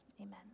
amen